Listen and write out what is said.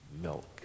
milk